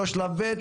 לא שלב ב'.